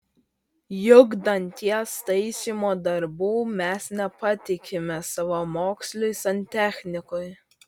juk danties taisymo darbų mes nepatikime savamoksliui santechnikui